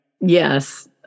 Yes